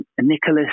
Nicholas